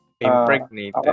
Impregnated